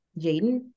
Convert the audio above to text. Jaden